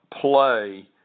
play